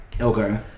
Okay